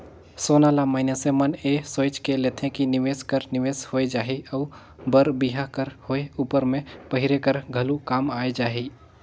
सोना ल मइनसे मन ए सोंएच के लेथे कि निवेस कर निवेस होए जाही अउ बर बिहा कर होए उपर में पहिरे कर घलो काम आए जाही